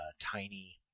tiny